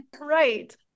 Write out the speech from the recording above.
Right